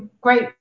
great